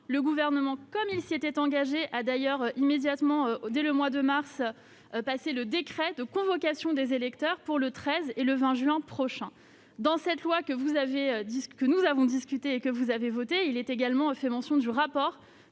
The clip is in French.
Le Gouvernement, comme il s'y était engagé, a d'ailleurs immédiatement publié dès le mois de mars le décret de convocation des électeurs pour les 13 et 20 juin prochain. Dans cette loi que nous avons discutée et que vous avez votée, il est également fait mention du rapport